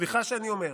סליחה שאני אומר,